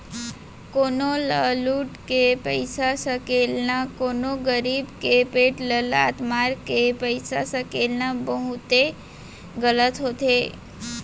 कोनो ल लुट के पइसा सकेलना, कोनो गरीब के पेट ल लात मारके पइसा सकेलना बहुते गलत होथे